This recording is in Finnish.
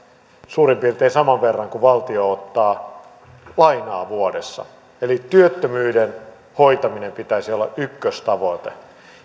suurin piirtein saman verran kuin valtio ottaa lainaa vuodessa eli työttömyyden hoitamisen pitäisi olla ykköstavoite ja